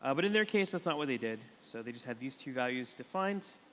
ah but in their case that's not what they did. so they just had these two values defined.